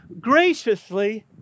graciously